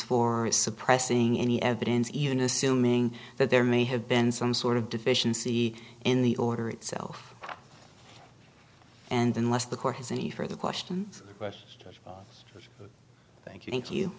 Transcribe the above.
for suppressing any evidence even assuming that there may have been some sort of deficiency in the order itself and unless the court has any further questions asked thank you thank you